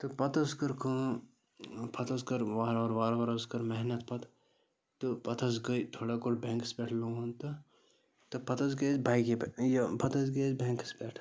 تہٕ پَتہٕ حظ کٔر کٲم پَتہٕ حظ کٔر وارٕ وارٕ وارٕ وارٕ حظ کٔر محنت پَتہٕ تہٕ پَتہٕ حظ گٔے تھوڑا کوٚڈ بٮ۪نٛکَس پٮ۪ٹھ لون تہٕ تہٕ پَتہٕ حظ گٔے أسۍ بایکہِ پٮ۪ٹھ یہِ پَتہٕ حظ گٔے أسۍ بٮ۪نٛکَس پٮ۪ٹھ